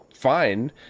fine